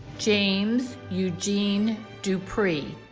james eugene dupree